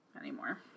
anymore